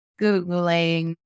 googling